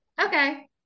Okay